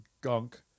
gunk